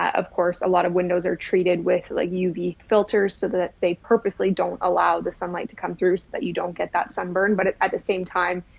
of course, a lot of windows are treated with like uv filters so that they purposely don't allow the sunlight to come through so that you don't get that sunburn. but at at the same time,